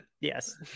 Yes